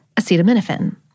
acetaminophen